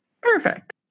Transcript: Perfect